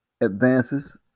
advances